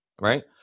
right